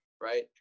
right